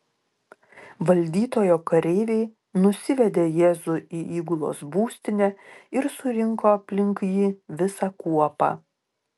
valdytojo kareiviai nusivedė jėzų į įgulos būstinę ir surinko aplink jį visą kuopą